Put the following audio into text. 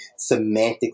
semantically